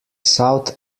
south